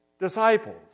disciples